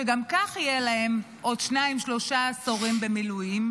שגם כך יהיו להם עוד שניים-שלושה עשורים במילואים,